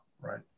right